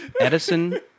Edison